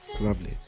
Lovely